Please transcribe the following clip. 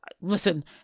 Listen